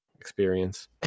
experience